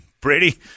Brady